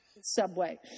Subway